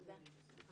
תודה.